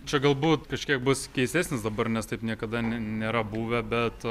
čia galbūt kažkiek bus keistesnis dabar nes taip niekada ne nėra buvę bet